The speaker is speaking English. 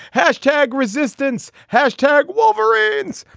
hashtag resistance hashtag wolverines.